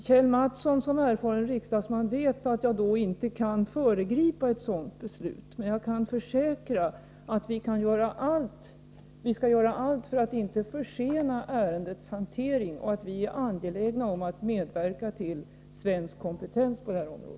Kjell Mattsson vet som erfaren riksdagsman att jag inte kan föregripa ett sådant beslut, men jag kan försäkra att vi skall göra allt för att inte försena ärendets hantering och att vi är angelägna om att medverka till att upprätta och behålla svensk kompetens på detta område.